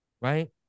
right